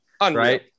right